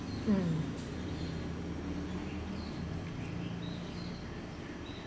mm